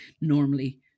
normally